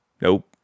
Nope